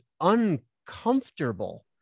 uncomfortable